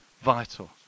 vital